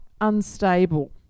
unstable